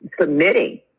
submitting